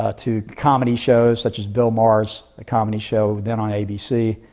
ah to comedy shows such as bill maher's comedy show then on abc.